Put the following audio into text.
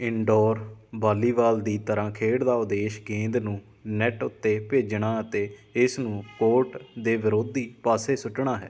indoor volleyball ਦੀ ਤਰ੍ਹਾਂ ਖੇਡ ਦਾ ਉਦੇਸ਼ ਗੇਂਦ ਨੂੰ ਨੈੱਟ ਉੱਤੇ ਭੇਜਣਾ ਅਤੇ ਇਸ ਨੂੰ ਕੋਰਟ ਦੇ ਵਿਰੋਧੀ ਪਾਸੇ ਸੁੱਟਣਾ ਹੈ